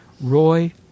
Roy